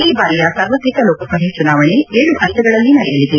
ಈ ಬಾರಿಯ ಸಾರ್ವತ್ರಿಕ ಲೋಕಸಭೆ ಚುನಾವಣೆ ಏಳು ಹಂತಗಳಲ್ಲಿ ನಡೆಯಲಿದೆ